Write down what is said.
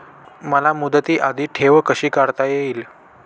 मला मुदती आधी ठेव कशी काढता येईल?